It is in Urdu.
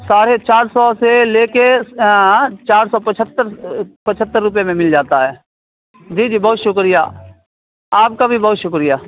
ساڑھے چار سو سے لے کے چار سو پچہتر پچہتر روپے میں مل جاتا ہے جی جی بہت شکریہ آپ کا بھی بہت شکریہ